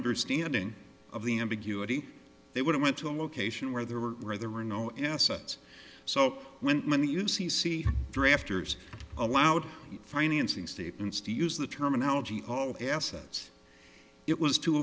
understanding of the ambiguity they would have went to a location where there were there were no assets so when you see see drafters allowed financing statements to use the terminology all assets it was to